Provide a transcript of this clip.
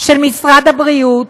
של משרד הבריאות,